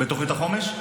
בתוכנית החומש?